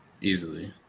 Easily